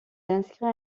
inscrit